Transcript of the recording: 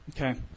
Okay